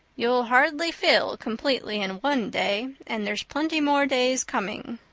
you'll hardly fail completely in one day and there's plenty more days coming,